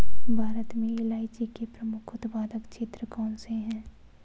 भारत में इलायची के प्रमुख उत्पादक क्षेत्र कौन से हैं?